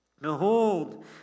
Behold